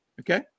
Okay